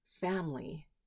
Family